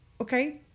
okay